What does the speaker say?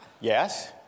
Yes